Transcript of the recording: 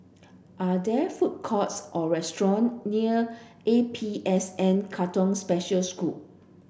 are there food courts or restaurant near A P S N Katong Special School